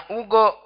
ugo